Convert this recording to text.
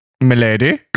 milady